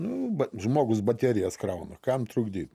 nu va žmogus baterijas krauna kam trukdyt